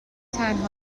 تنها